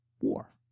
war